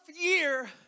year